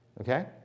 Okay